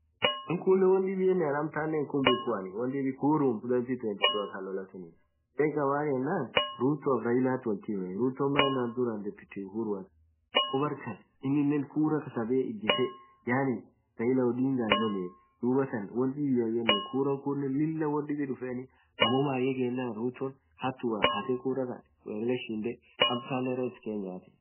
ghan khunen won dhibianen hinkhumbuku kurrum elfu lamaa ilamaa lamaa khaa lolah suuni maan yenen rutoaf. railat wolthime ruton maan yenen dhurah deputy uhuru ammo barkhan ininen kuraa kasbee ijethee yaani raila odingan lolee dhuathan won dhibia yen kuran kunen Lilah won dhibb dhufeni ammo mayee ghenan ruto hatua hathe kura Khan raila shindhe amtanen rais kenyathi